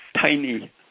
tiny